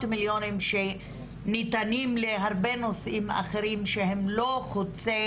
מיליונים שניתנים להרבה נושאים אחרים שהם לא חוצי